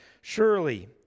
Surely